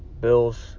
Bills